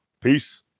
peace